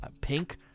pink